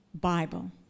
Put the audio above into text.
Bible